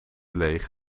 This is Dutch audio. leeg